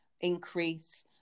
increase